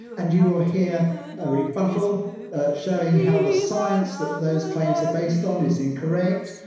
and you will hear a rebuttal showing how the science that those claims are based on is incorrect,